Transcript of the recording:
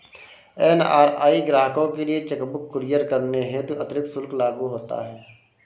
NRI ग्राहकों के लिए चेक बुक कुरियर करने हेतु अतिरिक्त शुल्क लागू होता है